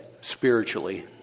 spiritually